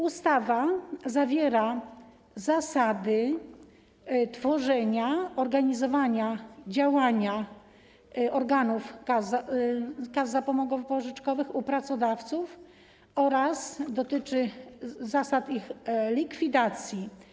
Ustawa zawiera zasady tworzenia, organizowania i działania organów kas zapomogowo-pożyczkowych u pracodawców oraz zasady ich likwidacji.